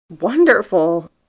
Wonderful